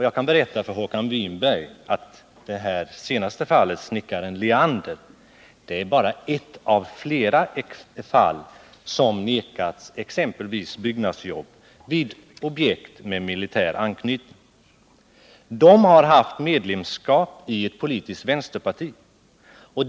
Jag kan berätta för Håkan Winberg att snickaren Leander bara är ett av flera fall där människor nekas exempelvis byggnadsjobb vid objekt med militär anknytning. De har alla varit medlemmar i ett politiskt vänsterparti.